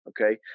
Okay